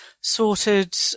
sorted